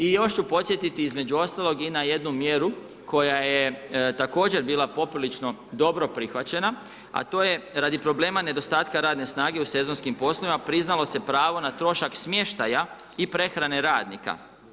I još ću podsjetiti između ostalog i na jednu mjeru koja je također bila poprilično dobro prihvaćena, a to je radi problema nedostatka radne snage u sezonskim poslovima priznalo se pravo na trošak smještaja i prehrane radnika.